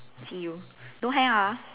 see you don't hang up ah